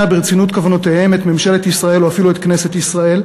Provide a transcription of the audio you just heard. ברצינות כוונותיהם את ממשלת ישראל או אפילו את כנסת ישראל,